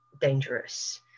dangerous